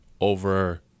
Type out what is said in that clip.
over